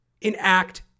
enact